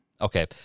okay